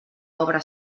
obra